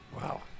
Wow